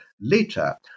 later